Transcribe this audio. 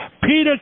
Peter